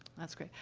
that's great.